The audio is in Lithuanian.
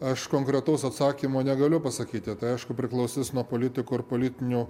aš konkretaus atsakymo negaliu pasakyti tai aišku priklausys nuo politikų ir politinių